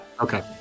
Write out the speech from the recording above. Okay